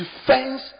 defense